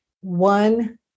one